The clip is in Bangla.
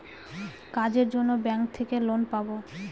কাজের জন্য ব্যাঙ্ক থেকে লোন পাবো